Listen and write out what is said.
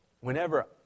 whenever